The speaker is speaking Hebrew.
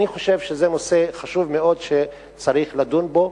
אני חושב שזה נושא חשוב מאוד שצריך לדון בו.